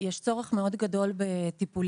יש צורך מאוד גדול בטיפולים.